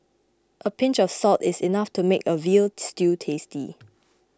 a pinch of salt is enough to make a Veal Stew tasty